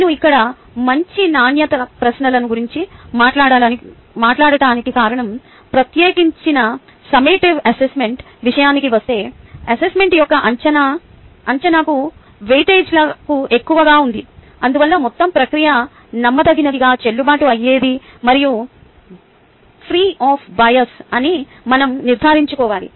నేను ఇక్కడ మంచి నాణ్యత ప్రశ్నల గురించి మాట్లాడటానికి కారణం ప్రత్యేకించి సమ్మేటివ్ అసెస్మెంట్ విషయానికి వస్తే అసెస్మెంట్ యొక్క అంచనాకు వెయిటేజ్ చాలా ఎక్కువగా ఉంది అందువల్ల మొత్తం ప్రక్రియ నమ్మదగినది చెల్లుబాటు అయ్యేది మరియు ఫ్రీ ఒఫ్ బయాస్ అని manam నిర్ధారించుకోవాలి